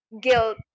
guilt